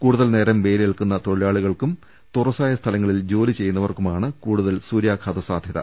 കൂടുതൽനേരം വെയിൽ ഏൽക്കുന്ന തൊഴിലാളികൾക്കും തുറസായ സ്ഥലങ്ങളിൽ ജോലിചെ യ്യുന്നവർക്കുമാണ് കൂടുതൽ സൂര്യാഘാതിസാധ്യത